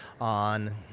on